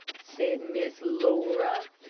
said miss laura.